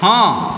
हॅं